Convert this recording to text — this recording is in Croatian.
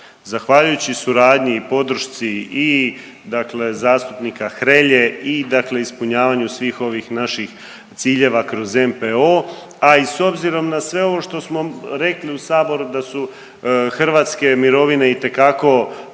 Zahvaljujući suradnji i podršci i dakle, zastupnika Hrelje i dakle ispunjavanju svih ovih naših ciljeva kroz NPO, a i s obzirom na sve ovo što smo rekli u Saboru da su hrvatske mirovine itekako